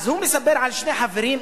אז הוא מספר על שני חברים,